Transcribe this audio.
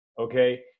Okay